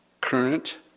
current